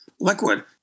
liquid